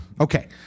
Okay